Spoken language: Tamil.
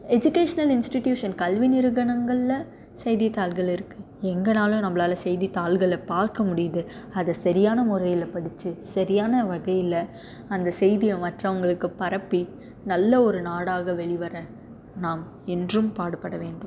எஜிகேஷனல் இன்ஸ்டிடியூஷன் கல்வி நிறுகனங்களில் செய்தித்தாள்கள் இருக்குது எங்கேனாலும் நம்மளால செய்தித்தாள்கள பார்க்க முடியுது அத சரியான முறையில் படித்து சரியான வகையில் அந்த செய்தியை மற்றவங்களுக்கு பரப்பி நல்ல ஒரு நாடாக வெளிவர நாம் என்றும் பாடுபட வேண்டும்